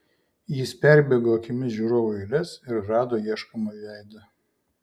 jis perbėgo akimis žiūrovų eiles ir rado ieškomą veidą